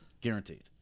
Guaranteed